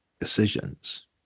decisions